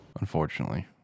Unfortunately